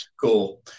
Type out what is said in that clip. cool